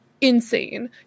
insane